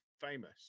famous